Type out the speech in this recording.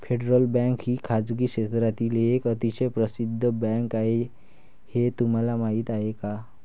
Federal Bank ही खासगी क्षेत्रातील एक अतिशय प्रसिद्ध बँक आहे हे तुम्हाला माहीत आहे का?